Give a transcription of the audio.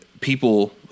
people